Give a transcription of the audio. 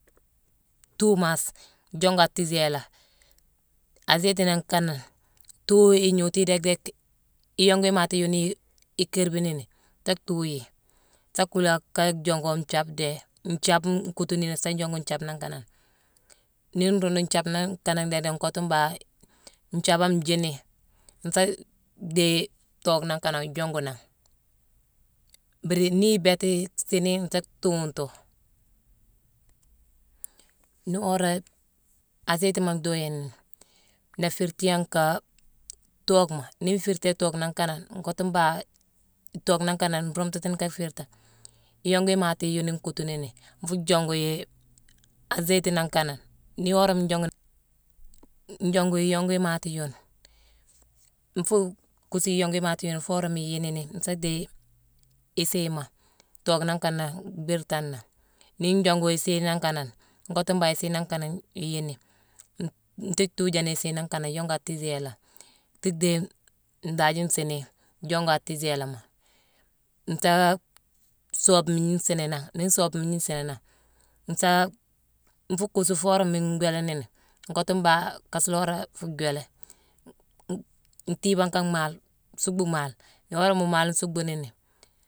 Thuu mass jongu a tiiséla. Azéyiti nangh kanane, thuu ignootu déck-déck iyongu imaati yunii ikiirbi nini, taa tuuyi, sa kuula ka jongu go nthiaabma déé-nthiaabe nkuutu ni sa jongu nthiaabe nangh kanane. Nii nruudu nthiaabe nangh kanane déck-déck, nkottu mbangh nthiaabame njiini, nsa dhéye tookh nangh kanane jongu nangh. Mbiiri nii ibééti siini, nsa thuuntu. Nii woré azéyitima ndhuyi nini, nla fiirtiyé nkaa thookhma. Nii nfiirtiyé thookh nangh kanane nkottu mbangh tookh nangh kanane nruuntutini ka fiirta, iyongu imaati yune ikuutu nini, nfuu jongu yi a azéyiti nangh kanane. Nii worama njongu ni-njongu iyongu imaati yune, nfuu kussu iyongu imaati yune foo worama iyiini nini, nsa dhéye isiima, tookh nangh kanane bhiirtane nangh. Nii njongu isii nangh kanane, nkottu mbangh isii nangh kanane iyiini, n-ntii thuu jaanangh isii nangh kanane yongu a tiiséla, tii dhéye ndaaji nsiini jongu a tiisélama, taa soobe mmiigne isiini nangh. Nii nsoobe mmiigne nsiini nangh, nsaa-nfuu kuusu foo worama ngwééla nini, nkottu mbangh kaasuloré fuu gwéélé, n-n-ntiibame ka mhaale, suuckbu maale. Nii worama maale nsuuckbu nini